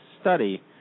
study